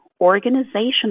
organizational